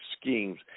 schemes